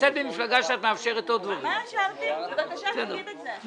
נצביע על ההעברות האלה בשעה 10:41. איזה הסכם יש בין גפני לבין ---?